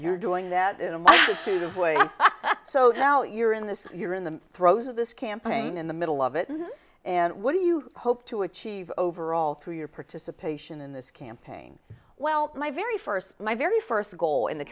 you're doing that and to the boy so you know you're in this you're in the throes of this campaign in the middle of it and what do you hope to achieve overall through your participation in this campaign well my very first my very first goal in the